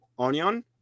Onion